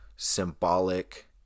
symbolic